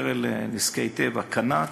הקרן לביטוח נזקי טבע, "קָנַט",